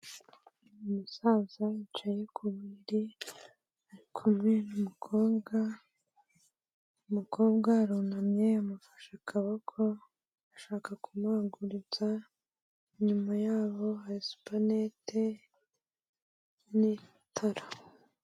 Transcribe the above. Umusaza yicaye ku buriri ari kumwe n'umukobwa, umukobwa arunamye amufashe akaboko ashaka kumuhagurutsa, inyuma yabo hari supanete n'itara.